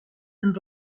and